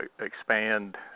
expand